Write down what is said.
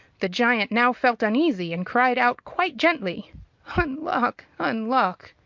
the giant now felt uneasy, and cried out quite gently unlock! unlock!